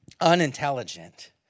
unintelligent